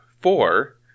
four